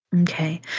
Okay